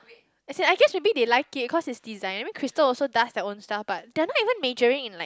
yes I guess to be they like it because it designed Chrystal also does her own self but they not only majoring in like